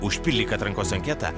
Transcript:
užpildyk atrankos anketą